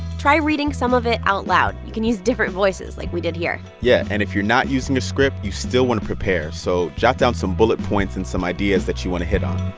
try reading some of it out loud. you can use different voices, like we did here yeah. and if you're not using a script, you still want to prepare. so jot down some bullet points and some ideas that you want to hit on